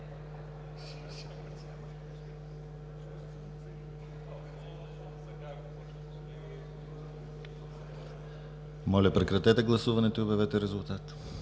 Моля, прекратете гласуването и обявете резултат.